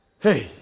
Hey